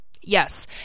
Yes